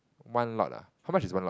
one lot ah how much is one lot